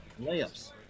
layups